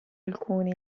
alcuni